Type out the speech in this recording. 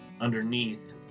underneath